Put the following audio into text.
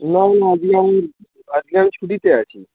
না না আজকে আমি আজকে আমি ছুটিতে আছি